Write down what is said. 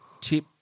tip